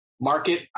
Market